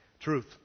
Truth